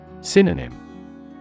Synonym